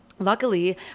Luckily